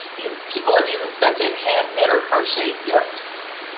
you know people have even sent in hand-knit or crocheted gifts.